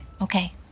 Okay